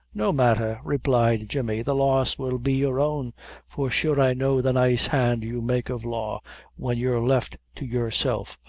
no matther, replied jemmy the loss will be your own for sure i know the nice hand you make of law when you're left to yourself.